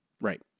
Right